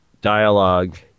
dialogue